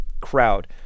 crowd